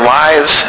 lives